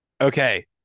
okay